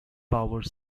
powers